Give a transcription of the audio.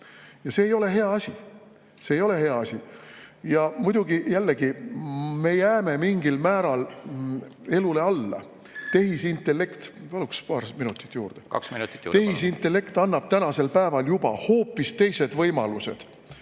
Ja see ei ole hea asi. See ei ole hea asi! Ja muidugi me jääme mingil määral elule alla. Tehisintellekt … Paluks paar minutit juurde. Kaks minutit juurde, palun! Tehisintellekt annab tänasel päeval juba hoopis teised võimalused